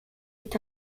est